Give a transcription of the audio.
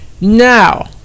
Now